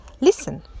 Listen